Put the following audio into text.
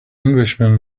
englishman